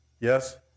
yes